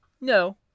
No